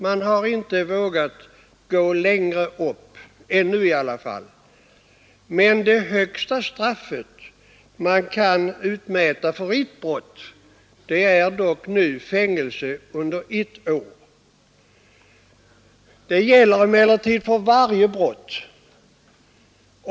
Man har ännu inte vågat gå längre upp. Men det högsta straff man kan utmäta för ett brott är dock nu fängelse under ett år. Det gäller emellertid för varje brott.